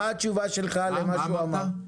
מה התשובה שלך למה שהוא אמר?